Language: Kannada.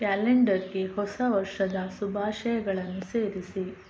ಕ್ಯಾಲೆಂಡರಿಗೆ ಹೊಸ ವರ್ಷದ ಶುಭಾಶಯಗಳನ್ನು ಸೇರಿಸಿ